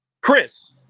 Chris